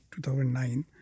2009